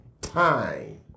time